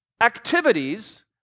activities